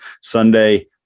Sunday